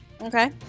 Okay